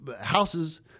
houses